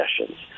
sessions